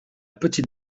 petite